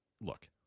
look